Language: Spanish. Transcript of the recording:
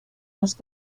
los